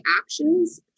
actions